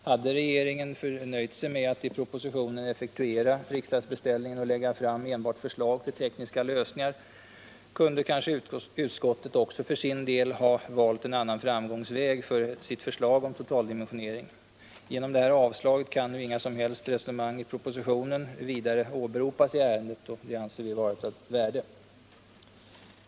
Hade regeringen nöjt sig med att i propositionen effektuera riksdagsbeställningen och lägga fram enbart förslag till tekniska lösningar, kunde kanske utskottet också för sin del ha valt en annan framgångsväg för sitt förslag om totaldimensionering. Genom det här avslaget kan nu inga som helst resonemang i propositionen vidare åberopas i ärendet. Det anser vi vara ett värde.